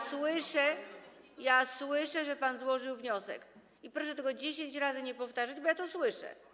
Słyszę, że pan złożył wniosek, i proszę tego 10 razy nie powtarzać, bo ja to słyszę.